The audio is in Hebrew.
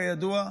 כידוע,